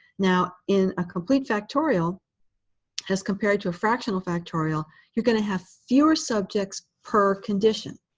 now, in a complete factorial as compared to a fractional factorial, you're going to have fewer subjects per condition,